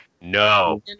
No